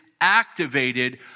activated